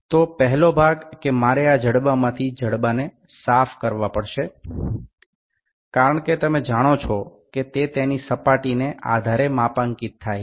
તો પહેલો ભાગ કે મારે આ ભાગમાંથી જડબાને સાફ કરવા પડશે કારણ કે તમે જાણો છો કે તે તેની સપાટીને આધારે માપાંકિત થાય છે